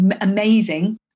amazing